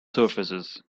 surfaces